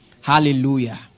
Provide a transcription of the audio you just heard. Hallelujah